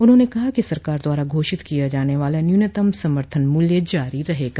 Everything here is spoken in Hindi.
उन्होंने कहा कि सरकार द्वारा घोषित किया जाने वाला न्यूनतम समर्थन मूल्य जारी रहेगा